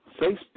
Facebook